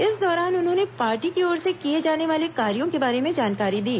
इस दौरान उन्होंने पार्टी की ओर से किए जाने वाले कार्यों के बारे में जानकारी दी